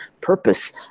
purpose